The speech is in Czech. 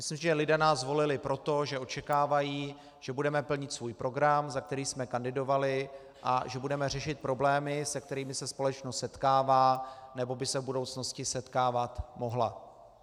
Myslím, že lidé nás volili proto, že očekávají, že budeme plnit svůj program, za který jsme kandidovali, a že budeme řešit problémy, s kterými se společnost setkává nebo by se v budoucnosti setkávat mohla.